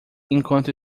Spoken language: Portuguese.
enquanto